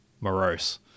morose